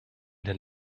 den